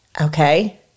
Okay